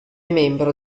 membro